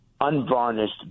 unvarnished